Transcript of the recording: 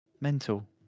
Mental